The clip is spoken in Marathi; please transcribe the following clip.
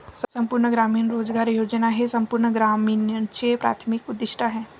संपूर्ण ग्रामीण रोजगार योजना हे संपूर्ण ग्रामीणचे प्राथमिक उद्दीष्ट आहे